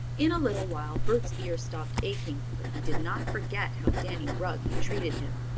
in a little while bert's ear stopped aching, but he did not forget how danny rugg had treated him.